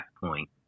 point